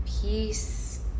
Peace